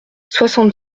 soixante